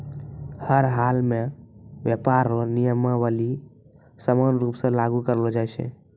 हर हालमे व्यापार रो नियमावली समान रूप से लागू करलो जाय छै